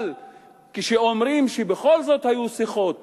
אבל כשאמרו שבכל זאת היו שיחות